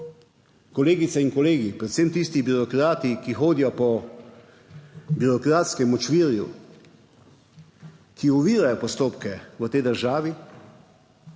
Kolegice in kolegi, predvsem tisti birokrati, ki hodijo po birokratskem močvirju, ki ovirajo postopke v tej državi,